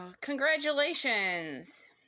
congratulations